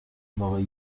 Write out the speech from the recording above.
واقعی